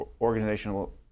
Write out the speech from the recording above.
organizational